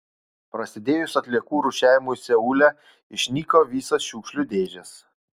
prasidėjus atliekų rūšiavimui seule išnyko visos šiukšlių dėžės